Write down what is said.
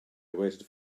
waited